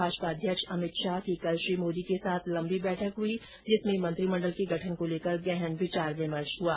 भाजपा अध्यक्ष अमित शाह की कल श्री मोदी के साथ लंबी बैठक हुई जिसमें मंत्रिमंडल के गठन को लेकर गहन विचार विमर्श हुआ